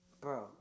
Bro